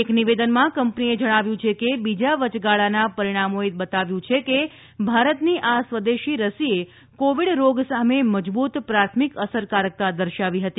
એક નિવેદનમાં કંપનીએ જણાવ્યું છે કે બીજા વચગાળાના પરિણામોએ બતાવ્યું હતું કે ભારતની આ સ્વદેશી રસીએ કોવીડ રોગ સામે મજબૂત પ્રાથમિક અસરકારકતા દર્શાવી હતી